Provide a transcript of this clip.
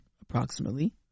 approximately